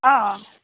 অঁ